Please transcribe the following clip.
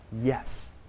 Yes